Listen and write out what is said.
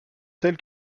tel